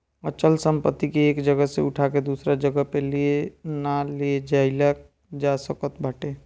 अचल संपत्ति के एक जगह से उठा के दूसरा जगही पे ना ले जाईल जा सकत बाटे